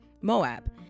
moab